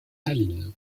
tallinn